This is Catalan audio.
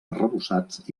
arrebossats